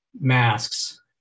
masks